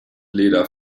leder